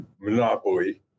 monopoly